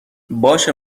باشه